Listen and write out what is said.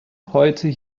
heute